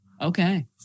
okay